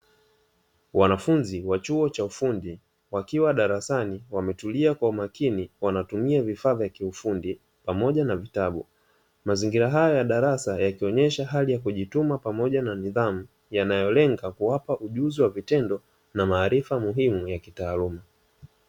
Wanafunzi wa chuo cha ufundi wakiwa darasani wametulia kwa umakini, wana tumia vifaa vya kiufundi pamoja na vitabu, mazingira haya ya darasa yakionyesha hali ya kujituma pamoja na nidhamu yanayolenga kuwapa ujuzi wa vitendo na maarifa muhimu ya kitaaluma.